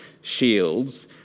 shields